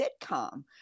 sitcom